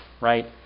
right